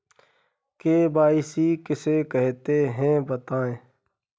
KYC किसे कहते हैं बताएँ?